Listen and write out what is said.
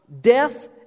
death